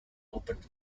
opened